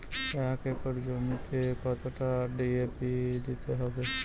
এক একর জমিতে কতটা ডি.এ.পি দিতে হবে?